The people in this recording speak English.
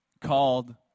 called